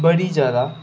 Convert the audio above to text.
बड़ी जादा